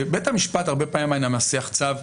כשבית המשפט הרבה פעמים היה מנסח צו,